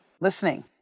listening